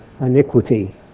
iniquity